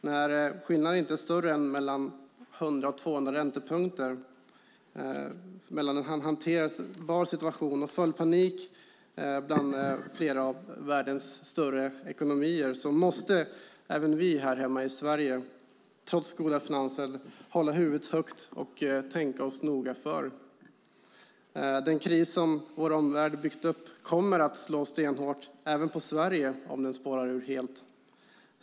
När skillnaden inte är större än 100-200 räntepunkter mellan en hanterbar situation och full panik bland flera av världens större ekonomier måste även vi här hemma i Sverige, trots goda finanser, hålla huvudet högt och tänka oss noga för. Den kris som vår omvärld byggt upp kommer att slå stenhårt även på Sverige om den spårar ur helt.